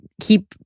keep